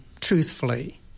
truthfully